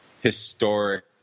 historic